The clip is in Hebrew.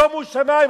שומו שמים.